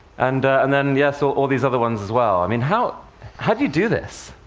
and and then, yes, all these other ones as well. i mean, how how do you do this?